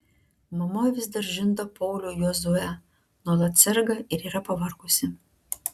mama vis dar žindo paulių jozuę nuolat serga ir yra pavargusi